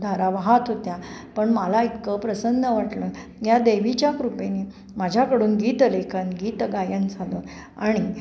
धारा वाहात होत्या पण मला इतकं प्रसन्न वाटलं या देवीच्या कृपेने माझ्याकडून गीतलेखन गीतगायन झालं आणि